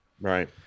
Right